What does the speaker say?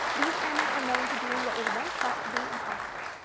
these airmen are known for doing what was once thought to be impossible.